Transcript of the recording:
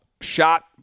shot